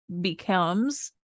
becomes